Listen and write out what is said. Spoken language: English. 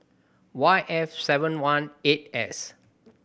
Y F seven one eight S